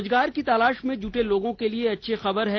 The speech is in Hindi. रोजगार की तलाश में जूटे लोगों के लिए अच्छी खबर है